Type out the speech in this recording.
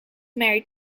married